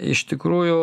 iš tikrųjų